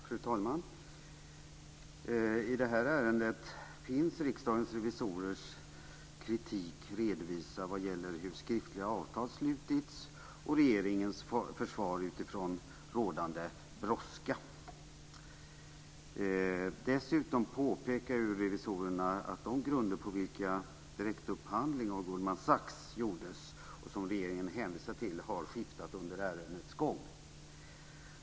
Fru talman! I det här ärendet finns Riksdagens revisorers kritik redovisad vad gäller hur skriftliga avtal har slutits och regeringens försvar utifrån rådande brådska. Dessutom påpekar revisorerna att de grunder på vilka direktupphandling av Goldman Sachs gjordes, och som regeringen hänvisar till, har skiftat under ärendets gång.